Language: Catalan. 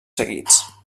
seguits